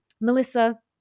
Melissa